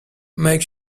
make